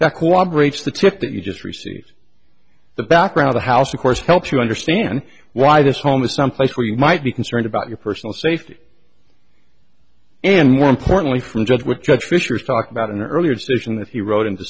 that co operates the tip that you just received the background the house of course helps you understand why this home is someplace where you might be concerned about your personal safety and more importantly from just what judge fisher talked about an earlier decision that he wrote in